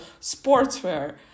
sportswear